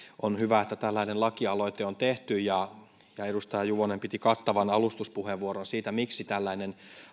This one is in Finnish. on hyvä että tällainen lakialoite on tehty ja ja edustaja juvonen piti kattavan alustuspuheenvuoron siitä miksi tällainen